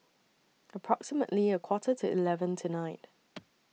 approximately A Quarter to eleven tonight